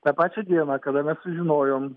tą pačią dieną kada mes sužinojom